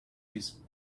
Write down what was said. this